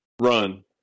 run